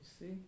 see